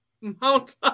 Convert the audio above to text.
mount